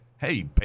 Hey